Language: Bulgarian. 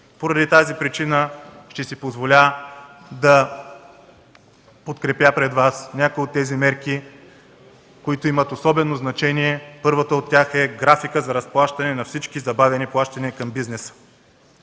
Поради тази причина ще си позволя да подкрепя пред Вас някои от тези мерки, които имат особено значение. Първата от тях е графикът за разплащане на всички забавени плащания към бизнеса.